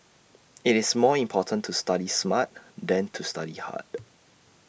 IT is more important to study smart than to study hard